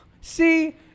See